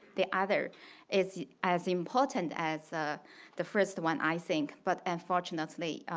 the other is as important as the first one, i think, but unfortunately,